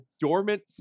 dormant